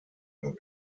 werden